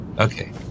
Okay